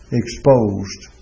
exposed